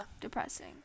depressing